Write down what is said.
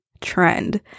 trend